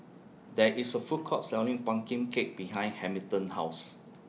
There IS A Food Court Selling Pumpkin Cake behind Hamilton's House